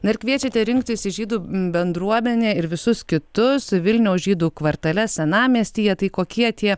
na ir kviečiate rinktis į žydų bendruomenę ir visus kitus vilniaus žydų kvartale senamiestyje tai kokie tie